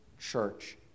church